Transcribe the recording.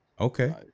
okay